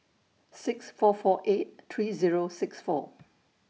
six four four eight three Zero six four